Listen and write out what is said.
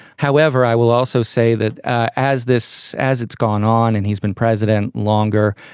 however i will also say that as this as it's gone on and he's been president longer.